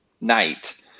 night